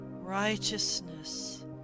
Righteousness